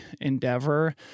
endeavor